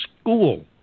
school